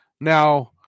Now